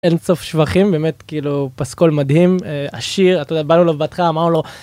אין סוף שבחים, באמת כאילו פסקול מדהים, עשיר, אתה יודע, באנו לו בבתך אמרנו לו...